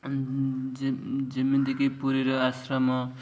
ଯେ ଯେମିତିକି ପୁରୀର ଆଶ୍ରମ